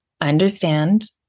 understand